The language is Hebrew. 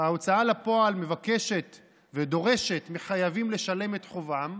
ההוצאה לפועל מבקשת ודורשת מחייבים לשלם את חובם,